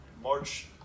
March